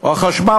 או חשמל.